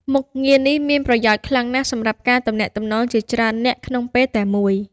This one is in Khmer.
មុខងារនេះមានប្រយោជន៍ខ្លាំងណាស់សម្រាប់ការទំនាក់ទំនងជាច្រើននាក់ក្នុងពេលតែមួយ។